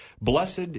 Blessed